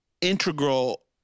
Integral